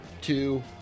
two